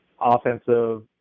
offensive